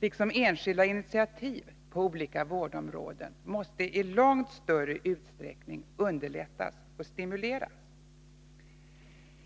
Detsamma gäller enskilda initiativ på olika vårdområden, som måste stimuleras.